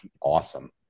awesome